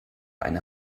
eine